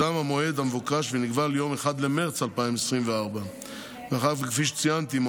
הוקדם המועד המבוקש ונקבע ליום 1 במרץ 2024. מאחר שכפי שציינתי,